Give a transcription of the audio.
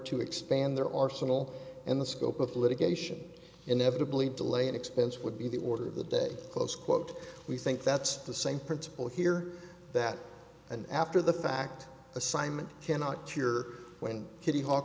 to expand their arsenal and the scope of litigation inevitably delay and expense would be the order of the day close quote we think that's the same principle here that an after the fact assignment cannot tear when kittyhawk